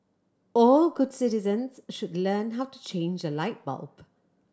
all good citizens should learn how to change a light bulb